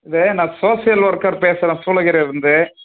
இது நான் social worker பேசுகிறேன் சூளகிரியிலேருந்து